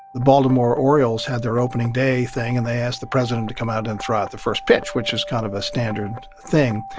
the baltimore orioles had their opening day thing, and they asked the president to come out and throw out the first pitch, which is kind of a standard thing.